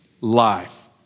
life